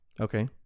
Okay